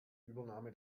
übernahme